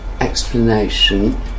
explanation